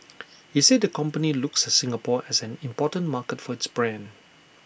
he said the company looks at Singapore as an important market for its brand